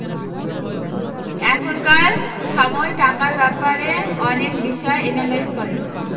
এখনকার সময় টাকার ব্যাপারে অনেক বিষয় এনালাইজ করে